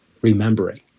remembering